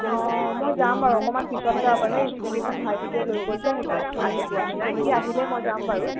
অঁ মই যাম বাৰু অকণমান পিছত হে যাব পাৰিম এই স্কুটীখন ভাইটিটোৱে লৈ গ'ল যে সেইকাৰণে সি আহি পোৱাহি নাই সি আহিলেই মই যাম বাৰু